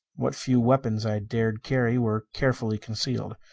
what few weapons i dared carry were carefully concealed.